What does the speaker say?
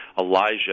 Elijah